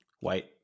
White